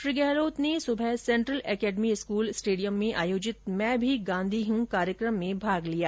श्री गहलोत ने सुबह central academy school stadium में आयोजित मैं भी गांधी हूँ कार्यक्रम में भाग लिया